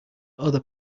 other